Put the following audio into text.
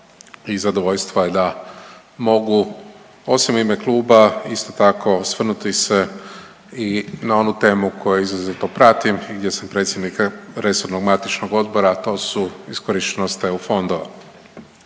i zadovoljstvo je da mogu osim u ime kluba isto tako osvrnuti se i na onu temu koju izrazito pratim i gdje sam predsjednik resornog matičnog odbora, a to su iskorištenost eu fondova.